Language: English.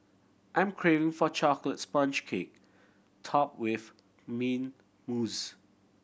I'm craving for chocolate sponge cake top with mint mousse